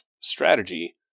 strategy